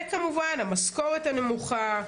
וכמובן המשכורת הנמוכה,